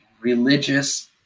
religious